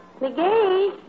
McGee